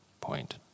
point